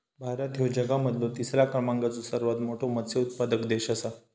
भारत ह्यो जगा मधलो तिसरा क्रमांकाचो सर्वात मोठा मत्स्य उत्पादक देश आसा